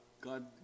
God